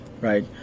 right